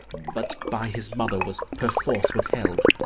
but by his mother was perforce withheld.